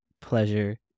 pleasure